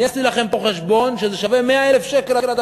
אני עשיתי לכם פה חשבון שהדבר הזה שווה 100,000 שקל.